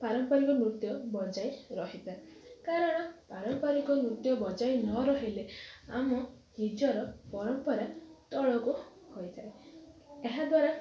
ପାରମ୍ପରିକ ନୃତ୍ୟ ବଜାଇ ରହିଥାଏ କାରଣ ପାରମ୍ପାରିକ ନୃତ୍ୟ ବଜାଇ ନ ରହିଲେ ଆମ ନିଜର ପରମ୍ପରା ତଳକୁ ହୋଇଥାଏ ଏହା ଦ୍ୱାରା